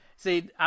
See